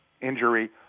injury